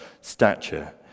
stature